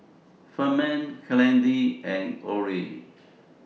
Ferman Kennedy and Orie